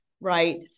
Right